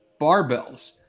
barbells